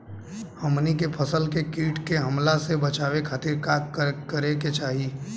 हमनी के फसल के कीट के हमला से बचावे खातिर का करे के चाहीं?